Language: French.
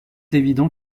évident